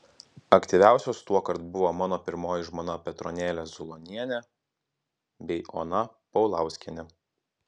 aktyviausios tuokart buvo mano pirmoji žmona petronėlė zulonienė bei ona paulauskienė